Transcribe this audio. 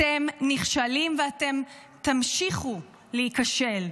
אתם נכשלים ואתם תמשיכו להיכשל.